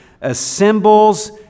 assembles